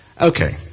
Okay